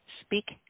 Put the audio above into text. Speak